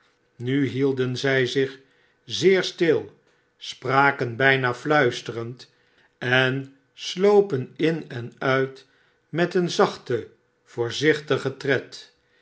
nu hielden zij zich zeer stil spraken bijna fiuisterend en slopen in en uit met een zachten voorzichtigen tred